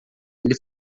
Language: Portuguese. ele